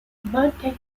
monte